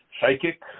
psychic